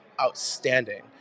outstanding